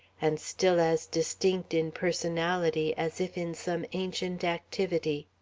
and still as distinct in personality as if in some ancient activity.